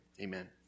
amen